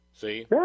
See